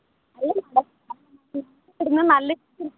അല്ല മേഡം ഞങ്ങളിവിടെ നിന്നു നല്ലത്